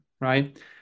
right